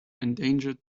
endangered